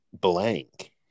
blank